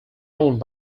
owned